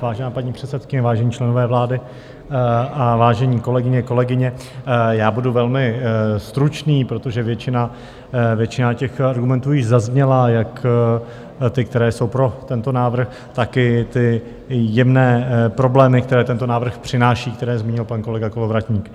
Vážená paní předsedkyně, vážení členové vlády a vážení kolegyně, kolegové, já budu velmi stručný, protože většina těch argumentů již zazněla, jak ty, které jsou pro tento návrh, tak i ty jemné problémy, které tento návrh přináší, které zmínil pan kolega Kolovratník.